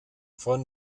von